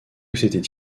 s’était